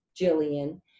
Jillian